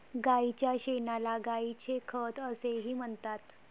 गायीच्या शेणाला गायीचे खत असेही म्हणतात